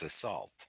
assault